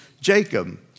Jacob